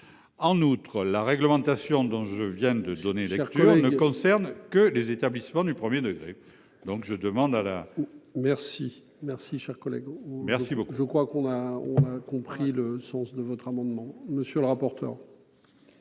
En outre, la réglementation dont je viens de donner lecture ne concerne que les établissements du 1er degré. Donc je demande à la. Merci, merci chers collègue. Merci beaucoup, je crois qu'on a, on a compris le sens de votre amendement. Monsieur le rapporteur.